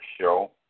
show